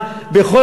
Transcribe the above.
אם זה באיראן,